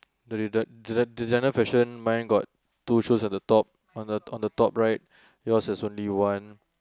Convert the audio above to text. the deda~ the designer fashion mine got two shoes at the top on the on the top right yours is only one